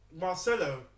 Marcelo